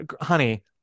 honey